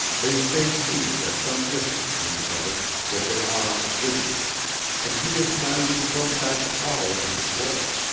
they stay seated at some distance from each other with their arms rigid and he has not even thrown back the collar of his cloak.